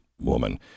woman